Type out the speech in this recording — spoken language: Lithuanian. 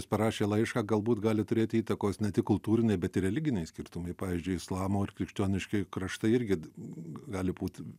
parašė laišką galbūt gali turėti įtakos ne tik kultūriniai bet ir religiniai skirtumai pavyzdžiui islamo ir krikščioniški kraštai irgi gali būt